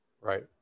Right